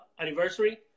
anniversary